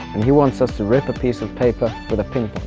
and he wants us to rip a piece of paper with a ping